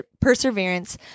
perseverance